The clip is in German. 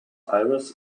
aires